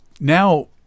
now